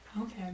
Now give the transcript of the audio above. Okay